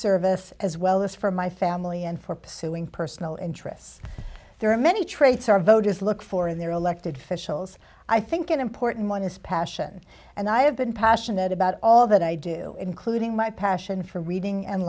service as well as for my family and for pursuing personal interests there are many traits our voters look for in their elected officials i think an important one is passion and i have been passionate about all that i do including my passion for reading and